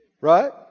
Right